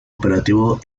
operativo